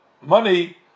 money